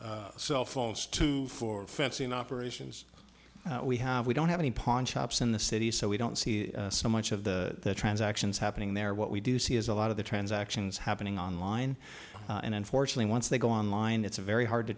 the cell phones to four fencing operations we have we don't have any pawn shops in the city so we don't see so much of the transactions happening there what we do see is a lot of the transactions happening online and unfortunately once they go online it's very hard to